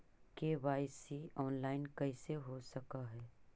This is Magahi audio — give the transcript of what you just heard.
के.वाई.सी ऑनलाइन कैसे हो सक है?